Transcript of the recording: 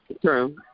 True